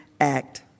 Act